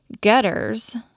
gutters